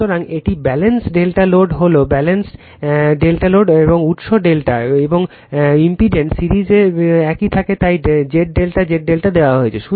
সুতরাং এটি balanced ∆ load হল ∆ এবং উত্সও ∆ এবং প্রতিবন্ধকতার সিরিজ একই থাকে তাই Z ∆ Z ∆ দেওয়া হয়েছে